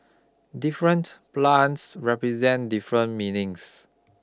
different plants represent different meanings